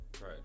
right